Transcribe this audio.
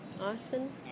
Austin